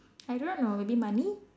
I don't know maybe money